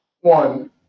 one